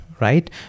Right